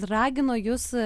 ragino jus